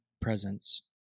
presence